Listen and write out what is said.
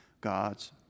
God's